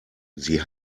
sie